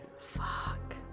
Fuck